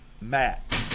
Matt